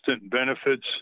benefits